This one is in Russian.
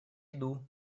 иду